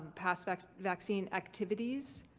past vaccine vaccine activities